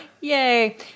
Yay